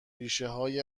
ریشههای